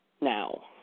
now